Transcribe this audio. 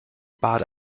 bade